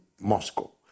Moscow